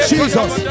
Jesus